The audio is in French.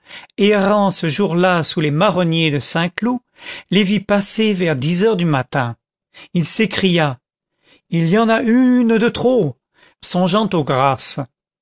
errant ce jour-là sous les marronniers de saint-cloud les vit passer vers dix heures du matin il s'écria il y en a une de trop songeant aux grâces